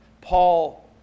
Paul